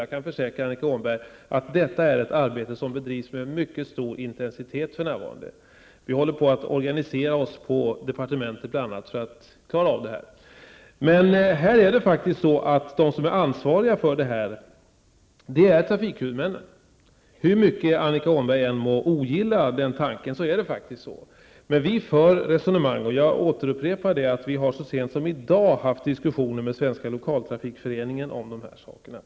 Jag kan försäkra Annika Åhnberg att detta är ett arbete som för närvarande bedrivs med mycket stor intensitet. Vi håller på och organiserar oss, på departementet bl.a., för att klara av det. Men det är faktiskt så att det är trafikhuvudmännen som är ansvariga för detta. Hur mycket Annika Åhnberg än må ogilla den tanken är det faktiskt så. Men vi för resonemang, och jag upprepar att vi så sent som i dag har haft diskussioner med Svenska lokaltrafikföreningen om de här sakerna.